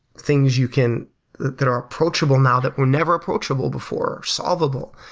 things you can that are approachable now that were never approachable before, solvable,